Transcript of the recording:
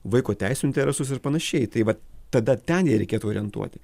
vaiko teisių interesus ir panašiai tai va tada ten ją reikėtų orientuoti